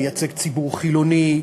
מייצג ציבור חילוני,